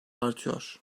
artıyor